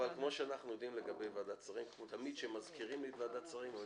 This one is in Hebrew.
תמיד כשמזכירים לי את ועדת שרים אני